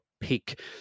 peak